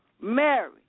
Mary